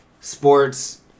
sports